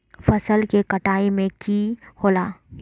फसल के कटाई में की होला?